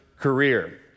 career